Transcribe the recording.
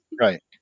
Right